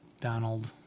Donald